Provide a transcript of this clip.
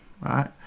Right